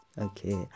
okay